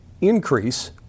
increase